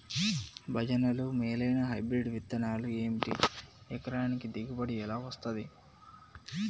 భజనలు మేలైనా హైబ్రిడ్ విత్తనాలు ఏమిటి? ఎకరానికి దిగుబడి ఎలా వస్తది?